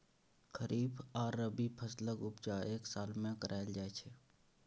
खरीफ आ रबी फसलक उपजा एक साल मे कराएल जाइ छै